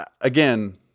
again